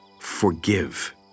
forgive